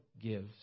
gives